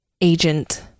agent